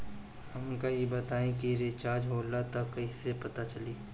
हमका ई बताई कि रिचार्ज होला त कईसे पता चली?